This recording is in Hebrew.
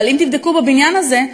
אבל אם תבדקו בבניין הזה,